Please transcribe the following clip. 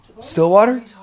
Stillwater